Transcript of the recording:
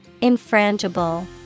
Infrangible